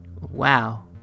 Wow